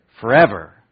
Forever